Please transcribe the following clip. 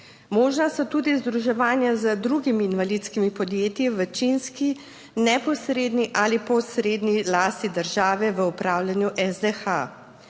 Možna so tudi združevanja z drugimi invalidskimi podjetji v večinski neposredni ali posredni lasti države v upravljanju SDH.